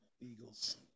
Eagles